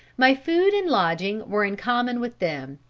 my food and lodging were in common with them.